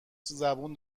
زبون